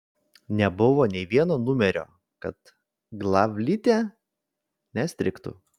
nebuvo nė vieno numerio kad glavlite nestrigtų